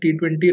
T20